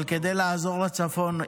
אבל כדי לעזור לצפון,